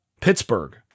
Pittsburgh